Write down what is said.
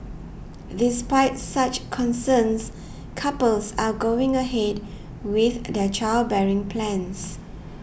despite such concerns couples are going ahead with their childbearing plans